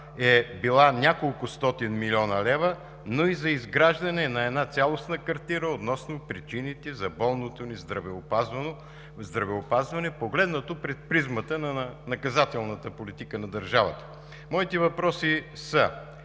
е била няколкостотин милиона лева, но и за изграждане на една цялостна картина относно причините за болното ни здравеопазване, погледнато през призмата на наказателната политика на държавата. Моите въпроси са: